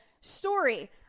story